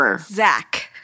Zach